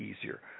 easier